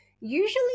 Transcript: Usually